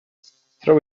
throw